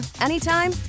anytime